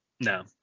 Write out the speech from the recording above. No